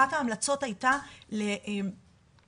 אחת ההמלצות הייתה למנות